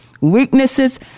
weaknesses